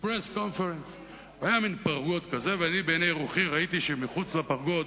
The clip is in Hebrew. היות שכנראה יהיו עוד סיבובים בלילה,